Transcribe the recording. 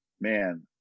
man